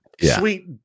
sweet